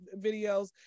videos